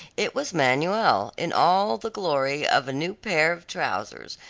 it was manuel, in all the glory of a new pair of trousers,